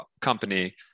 company